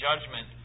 judgment